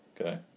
okay